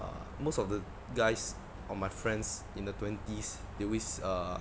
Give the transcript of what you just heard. uh most of the guys on my friends in the twenties they always err